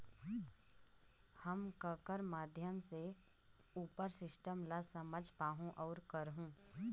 हम ककर माध्यम से उपर सिस्टम ला समझ पाहुं और करहूं?